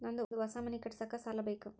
ನಂದು ಹೊಸ ಮನಿ ಕಟ್ಸಾಕ್ ಸಾಲ ಬೇಕು